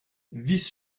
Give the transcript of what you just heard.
vice